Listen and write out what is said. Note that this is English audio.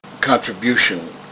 contribution